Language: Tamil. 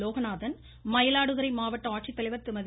லோகநாதன் மயிலாடுதுறை மாவட்ட ஆட்சித்தலைவர் திருமதி